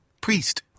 priest